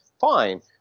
Fine